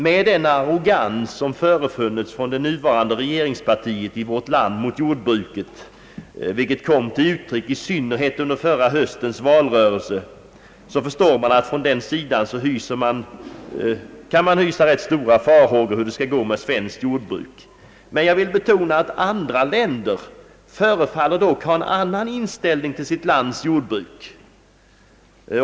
Med den arrogans gentemot jordbruket som regeringspartiet i Sverige, i synnerhet under förra höstens valrörelse, gett uttryck för kan man hysa stora farhågor för hur det skall gå med det svenska jordbruket. Jag vill betona att andra länder förefaller ha en annan inställning till jordbruket.